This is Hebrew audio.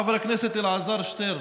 חבר הכנסת אלעזר שטרן,